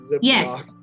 Yes